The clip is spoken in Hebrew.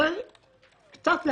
זה קצת להציק,